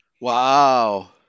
Wow